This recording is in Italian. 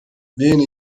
viene